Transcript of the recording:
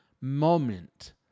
moment